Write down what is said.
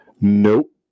Nope